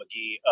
McGee